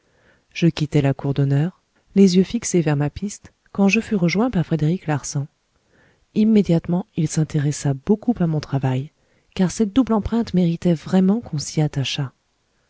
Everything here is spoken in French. je quittais la cour d'honneur les yeux fixés vers ma piste quand je fus rejoint par frédéric larsan immédiatement il s'intéressa beaucoup à mon travail car cette double empreinte méritait vraiment qu'on s'y attachât